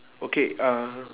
okay uh